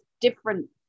different